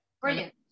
Brilliant